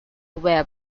web